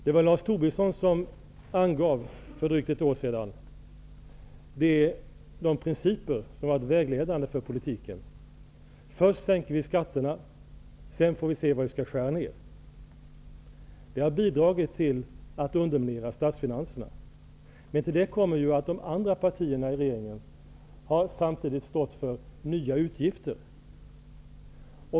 Det var Lars Tobisson som för drygt ett år sedan angav de principer som har varit vägledande för politiken: Först sänker vi skatterna, sedan får vi se vad vi skall skära ned. Det har bidragit till att underminera statsfinanserna. Men till det kommer att de andra partierna i regeringen samtidigt har stått för nya utgifter.